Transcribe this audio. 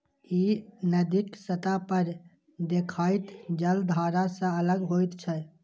ई नदीक सतह पर देखाइत जलधारा सं अलग होइत छै